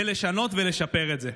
ולשנות ולשפר את זה.